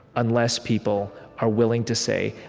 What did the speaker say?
unless people are willing to say,